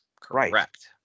Correct